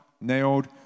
nailed